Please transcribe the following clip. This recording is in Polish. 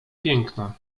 piękna